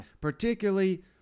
particularly